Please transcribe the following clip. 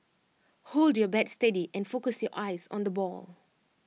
hold your bat steady and focus your eyes on the ball